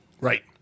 Right